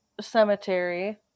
Cemetery